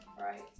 Right